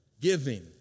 giving